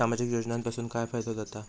सामाजिक योजनांपासून काय फायदो जाता?